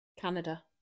Canada